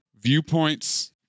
viewpoints